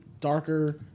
darker